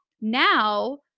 now